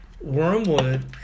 Wormwood